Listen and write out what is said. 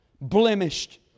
blemished